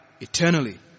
eternally